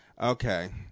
okay